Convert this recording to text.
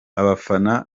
abafana